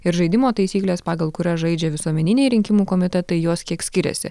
ir žaidimo taisyklės pagal kurias žaidžia visuomeniniai rinkimų komitetai jos kiek skiriasi